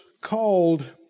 called